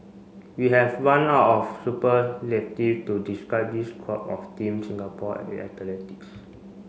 we have run out of superlative to describe this crop of Team Singapore